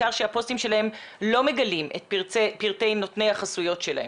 בעיקר שהפוסטים שלהם לא מגלים את פרטי נותני החסויות שלהם.